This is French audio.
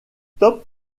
top